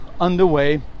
underway